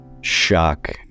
shock